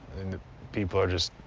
people are just,